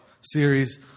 series